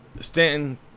Stanton